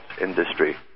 industry